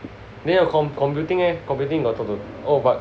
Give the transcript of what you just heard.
你有 com~ computing computing you got talk to orh but